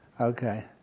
Okay